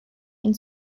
ihn